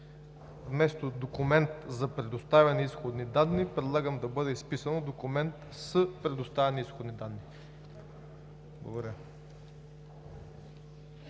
вместо „документ за предоставени изходни данни“ предлагам да бъде изписано „документ с предоставени изходни данни“.